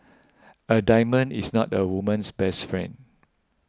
a diamond is not a woman's best friend